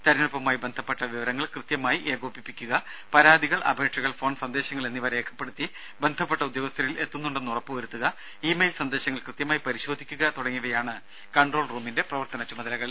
തെരഞ്ഞെടുപ്പുമായി ബന്ധപ്പെട്ട വിവരങ്ങൾ കൃത്യമായി ഏകോപിപ്പിക്കുക പരാതികൾ അപേക്ഷകൾ ഫോൺ സന്ദേശങ്ങൾ എന്നിവ രേഖപ്പെടുത്തി ബന്ധപ്പെട്ട ഉദ്യോഗസ്ഥരിൽ എത്തുന്നുണ്ടെന്ന് ഉറപ്പുവരുത്തുക ഇ മെയിൽ സന്ദേശങ്ങൾ കൃത്യമായി പരിശോധിക്കുക തുടങ്ങിയവയാണ് കൺട്രോൾ റൂമിന്റെ പ്രവർത്തന ചുമതലകൾ